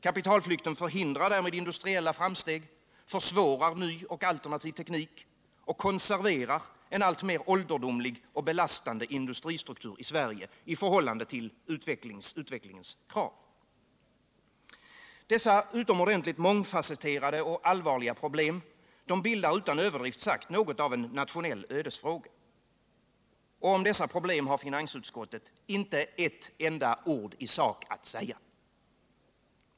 Kapitalflykten förhindrar därmed industriella framsteg, försvårar ny och alternativ teknik och konserverar en alltmer ålderdomlig och belastande industristruktur i Sverige i förhållande till utvecklingens krav. Dessa utomordentligt mångfasetterade och allvarliga problem bildar utan överdrift sagt något av en nationell ödesfråga. Om dessa problem har finansutskottet inte ett enda ord att säga.